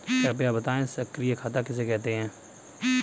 कृपया बताएँ सक्रिय खाता किसे कहते हैं?